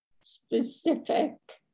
specific